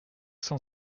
cent